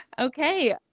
okay